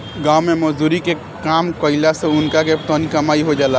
गाँव मे मजदुरी के काम कईला से उनका के तनी कमाई हो जाला